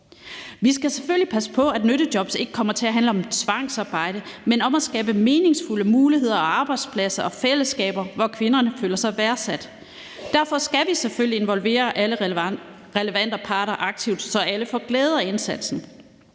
Vi skal selvfølgelig passe på, at nyttejob ikke kommer til at handle om tvangsarbejde, men om at skabe meningsfulde muligheder, arbejdspladser og fællesskaber, hvor kvinderne føler sig værdsat. Derfor skal vi selvfølgelig involvere alle relevante parter aktivt, så alle får glæde af indsatsen.